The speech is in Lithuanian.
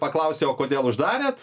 paklausi o kodėl uždarėt